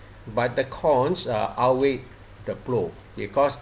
but the cons uh outweighed the pro because